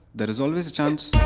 there's always a chance.